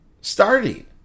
starting